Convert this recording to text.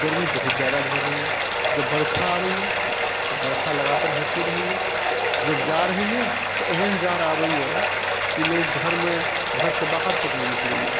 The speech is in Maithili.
गरमी बहुत ज़्यादा भऽ जाइ यऽ जब वर्षा आबै यऽ तऽ वर्षा लगातार होईते रहै यऽ जब जाड़ होयिया तऽ एहन जाड़ आबैया कि लोग घरमे घरसे बाहर तक नहि निकलैया